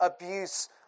abuse